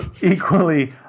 equally